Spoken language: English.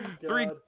three